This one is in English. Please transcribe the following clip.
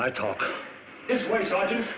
i talk this way so i just